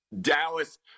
Dallas